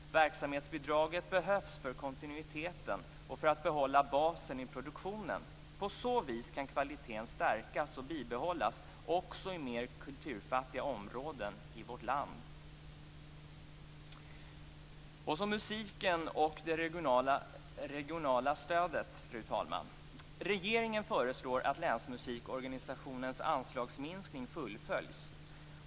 Verksamhetsbidraget behövs för kontinuiteten och för att behålla basen i produktionen. På så vis kan kvaliteten stärkas och bibehållas också i mer kulturfattiga områden i vårt land. Så går jag över till musiken och det regionala stödet, fru talman. Regeringen föreslår att länsmusikorganisationens anslagsminskning fullföljs.